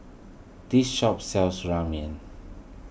this shop sells Ramen